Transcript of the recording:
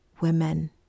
women